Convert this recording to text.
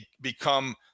become –